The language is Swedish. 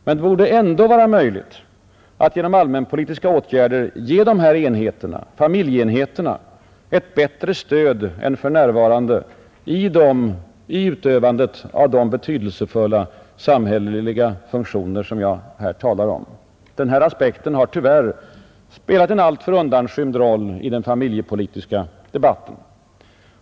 Men det borde ändock vara möjligt att genom allmänna politiska åtgärder ge dessa enheter, familjeenheterna, ett bättre stöd än för närvarande i utövandet av de betydelsefulla, samhälleliga funktioner som jag här har talat om. Denna aspekt har tyvärr spelat en undanskymd roll i den familjepolitiska debatten.